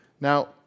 Now